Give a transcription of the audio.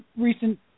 recent